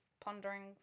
ponderings